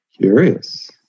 Curious